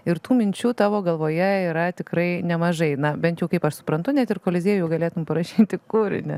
ir tų minčių tavo galvoje yra tikrai nemažai na bent jau kaip aš suprantu net ir koliziejui galėtum parašyti kūrinį